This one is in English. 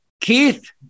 Keith